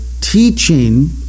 teaching